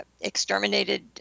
exterminated